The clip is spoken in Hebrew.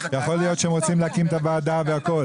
יכול להיות שהם רוצים להקים את הוועדה והכול,